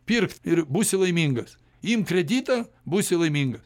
pirkt ir būsi laimingas imk kreditą būsi laimingas